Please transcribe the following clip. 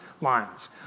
lines